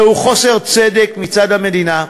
זהו חוסר צדק מצד המדינה,